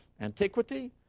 antiquity